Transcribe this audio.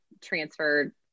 transferred